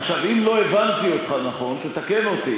עכשיו, אם לא הבנתי אותך נכון תתקן אותי.